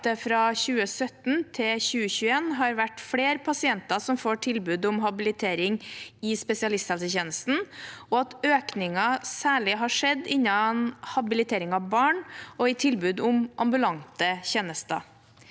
det fra 2017 til 2021 har vært flere pasienter som får tilbud om habilitering i spesialisthelsetjenesten, og at økningen særlig har skjedd innen habilitering av barn og i tilbud om ambulante tjenester.